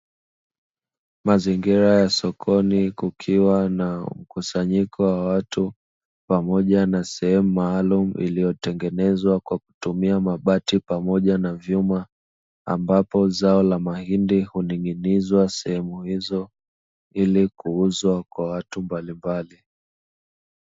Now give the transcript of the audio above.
Mazingira ya sokoni kukiwa na mkusanyiko wa watu pamoja na sehemu maalumu iliyotengenezwa kwa kutumia mabati pamoja na vyuma, ambapo zao la mahindi huning'inizwa sehemu hizo ili kuuzwa kwa watu mbalimbali.